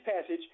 passage